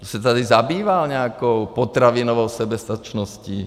Kdo se tady zabýval nějakou potravinovou soběstačností?